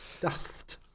Dust